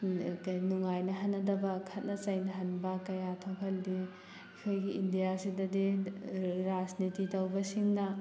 ꯅꯨꯡꯉꯥꯏ ꯅꯍꯟꯅꯗꯕ ꯈꯠꯅ ꯆꯩꯅꯍꯟꯕ ꯀꯌꯥ ꯊꯣꯛꯍꯜꯂꯤ ꯑꯩꯈꯣꯏꯒꯤ ꯏꯟꯗꯤꯌꯥꯁꯤꯗꯗꯤ ꯔꯥꯖꯅꯤꯇꯤ ꯇꯧꯕꯁꯤꯡꯅ